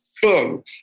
thin